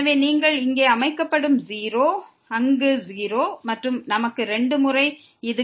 எனவே y 0 ஆக அமைக்கப்படும் அங்கும் 0 மற்றும் நமக்கு 2 முறை இது கிடைக்கும்